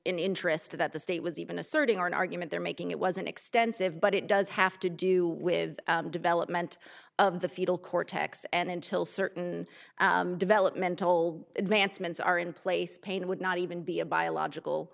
interested that the state was even asserting an argument they're making it wasn't extensive but it does have to do with development of the fetal cortex and until certain developmental advancements are in place pain would not even be a biological